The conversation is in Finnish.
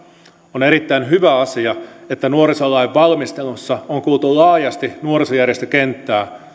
on erittäin hyvä asia että nuorisolain valmistelussa on kuultu laajasti nuorisojärjestökenttää